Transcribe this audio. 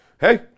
Hey